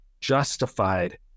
justified